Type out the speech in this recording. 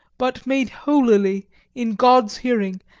but made holily in god's hearing,